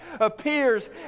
appears